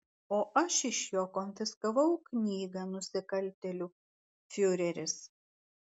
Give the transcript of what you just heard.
o aš iš jo konfiskavau knygą nusikaltėlių fiureris